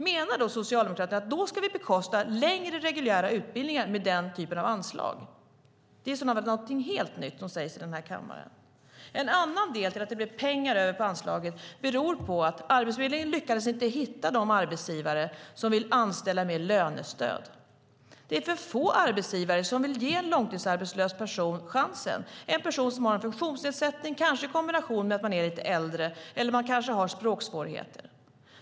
Menar Socialdemokraterna att då ska vi bekosta längre reguljära utbildningar med den typen av anslag? Det är i så fall något helt nytt som sägs i den här kammaren. En annan anledning till att det blev pengar över på anslaget är att Arbetsförmedlingen inte lyckades hitta arbetsgivare som ville anställa med lönestöd. Det är för få arbetsgivare som vill ge en långtidsarbetslös person chansen eller en person som har en funktionsnedsättning, kanske i kombination med att man är lite äldre eller kanske har språksvårigheter.